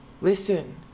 Listen